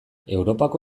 europako